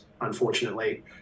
unfortunately